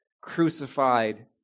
crucified